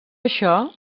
això